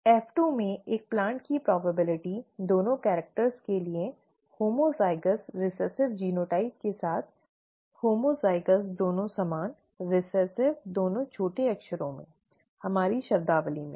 F2 में एक पौधे की संभावना दोनों कैरेक्टर्स के लिए होमोज़ाइगस रिसेसिव जीनोटाइप के साथ होमोज़ाइगस 'homozygous' दोनों समान रिसेसिव दोनों छोटे अक्षरों में हमारी शब्दावली में